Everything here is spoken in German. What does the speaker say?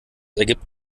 ergibt